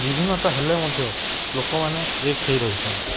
ବିଭିନ୍ନତା ହେଲେ ମଧ୍ୟ ଲୋକମାନେ ଏକ ହୋଇ ରହିଛନ୍ତି